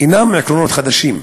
אינם עקרונות חדשים,